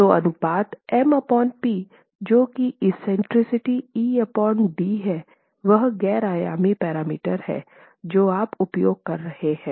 तो अनुपात M P जो कि एक्सेंट्रिसिटी ed है वह गैर आयामी पैरामीटर है जो आप उपयोग कर रहे हैं